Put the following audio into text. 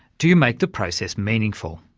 do you make the process meaningful?